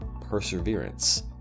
perseverance